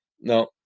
No